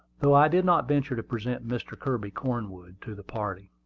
though i did not venture to present mr. kirby cornwood to the party.